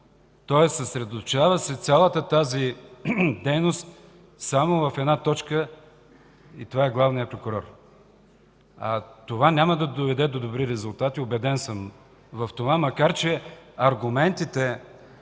тоест съсредоточава се цялата тази дейност само в една точка и това е главният прокурор. Това няма да доведе до добри резултати, убеден съм в това, макар че аргументите,